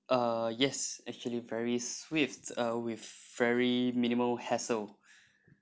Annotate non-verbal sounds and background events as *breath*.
uh yes actually very swift uh with very minimal hassle *breath*